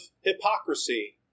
hypocrisy